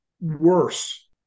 worse